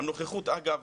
הנוכחות אגב